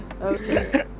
Okay